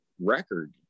record